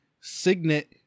Signet